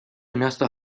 miasta